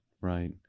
right